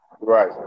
Right